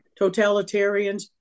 totalitarians